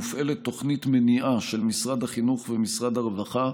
מופעלת תוכנית מניעה של משרד החינוך ומשרד הרווחה,